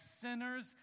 sinners